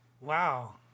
Wow